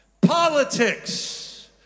politics